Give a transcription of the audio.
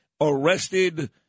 arrested